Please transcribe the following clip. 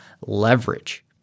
leverage